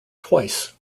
twice